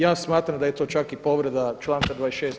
Ja smatram da je to čak i povreda članka 26.